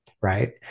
right